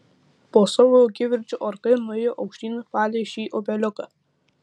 po savo kivirčo orkai nuėjo aukštyn palei šį upeliuką